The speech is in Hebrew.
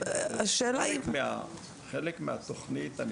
בחלק מהתוכנית אנחנו